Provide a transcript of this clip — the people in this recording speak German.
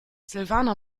silvana